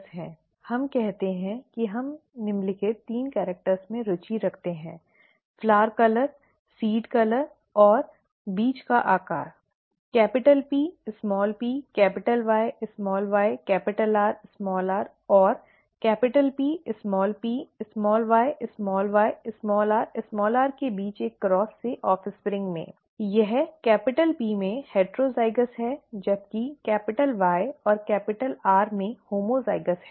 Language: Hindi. हम कहते हैं कि हम निम्नलिखित तीन कैरेक्टर्स में रुचि रखते हैं पुष्प रंग बीज का रंग और बीज का आकार PpYyRr और Ppyyrr के बीच एक क्रॉस से offspring ऑफ़्स्प्रिंग में यह P में हेटरोज़ाइगस है जबकि Y और R में होमोज़ाइगस है